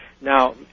Now